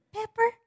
Pepper